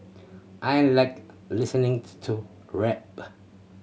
I like listening to rap